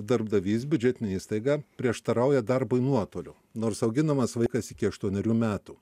darbdavys biudžetinė įstaiga prieštarauja darbui nuotoliu nors auginamas vaikas iki aštuonerių metų